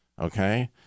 okay